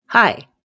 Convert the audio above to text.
Hi